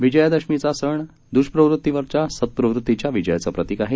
विजयादशमीचा सण दुष्प्रवृत्तीवरील सतप्रवृत्तीच्या विजयाचे प्रतीक आहे